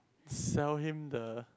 sell him the